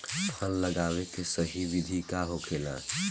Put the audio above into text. फल लगावे के सही विधि का होखेला?